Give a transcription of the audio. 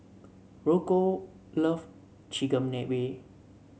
Rocco loves Chigenabe